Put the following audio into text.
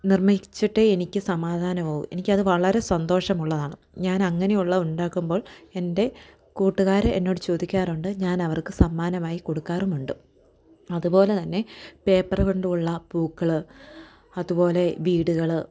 നിർമ്മിച്ചിട്ടേ എനിക്ക് സമാധാനാവൂ എനിക്കത് വളരെ സന്തോഷമുള്ളതാണ് ഞാനങ്ങനെ ഉള്ളത് ഉണ്ടാക്കുമ്പോൾ എൻ്റെ കൂട്ടുകാര് എന്നോട് ചോദിക്കാറുണ്ട് ഞാനവർക്ക് സമ്മാനമായി കൊടുക്കാറുമുണ്ട് അതുപോലെ തന്നെ പേപ്പറ് കൊണ്ടുള്ള പൂക്കള് അതുപോലെ വീടുകള്